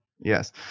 yes